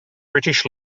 british